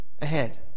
ahead